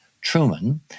Truman